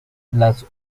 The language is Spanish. las